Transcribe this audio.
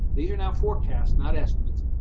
the year now forecast, not estimates,